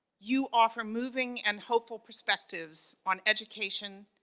you offer moving and hopeful perspectives on education,